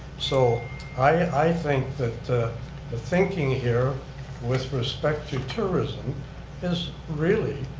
so i think that the thinking here with respect to tourism is really